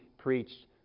preached